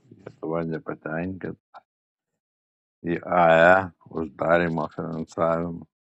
lietuva nepatenkinta iae uždarymo finansavimu